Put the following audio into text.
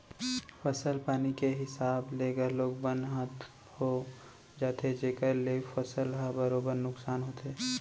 फसल पानी के हिसाब ले घलौक बन ह हो जाथे जेकर ले फसल ह बरोबर नुकसान होथे